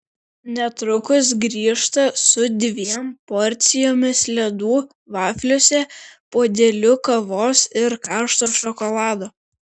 netrukus grįžta su dviem porcijomis ledų vafliuose puodeliu kavos ir karšto šokolado